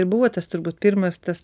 ir buvo tas turbūt pirmas tas